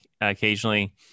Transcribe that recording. occasionally